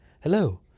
hello